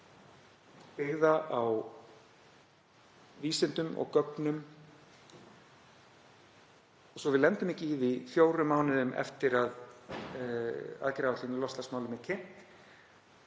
byggða á vísindum og gögnum svo að við lendum ekki í því fjórum mánuðum eftir að aðgerðaáætlun í loftslagsmálum er kynnt